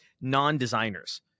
non-designers